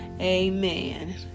amen